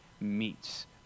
meets